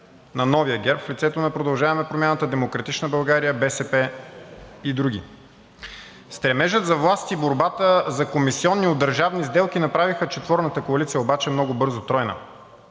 на новия ГЕРБ в лицето на „Продължаваме Промяната“, „Демократична България“, БСП и други. Стремежът за власт и борбата за комисиони от държавни сделки направиха четворната коалиция обаче много бързо тройна.